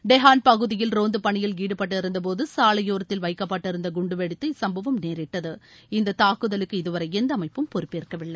டெஹாள் பகுதியில் ரோந்து பணியில் ஈடுபட்டிருந்தபோது சாலையோரத்தில் வைக்கப்பட்டிருந்த குண்டுவெடித்து இச்சம்பவம் நேரிட்டது இந்த தாக்குதலுக்கு இதுவரை எந்த அமைப்பும் பொறுப்பேற்கவில்லை